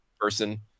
person